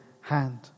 hand